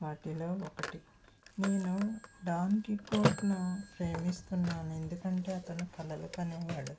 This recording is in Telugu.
వాటిలో ఒకటి నేను డాన్ డీకోడ్ను ప్రేమిస్తున్నాను ఎందుకంటే అతను కలలు కనేవాడు